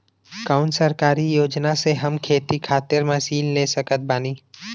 कौन सरकारी योजना से हम खेती खातिर मशीन ले सकत बानी?